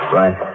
right